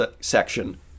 section